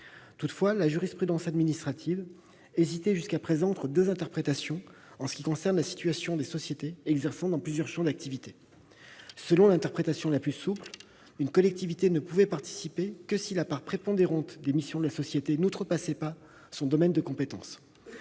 Toutefois, la jurisprudence administrative hésitait jusqu'à présent entre deux interprétations pour ce qui concerne la situation des sociétés exerçant dans plusieurs champs d'activité. Selon l'interprétation la plus souple, une collectivité ne pouvait participer que si la part prépondérante des missions de la société n'outrepassait pas son domaine de compétence.